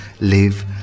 live